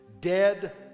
dead